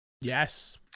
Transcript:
Yes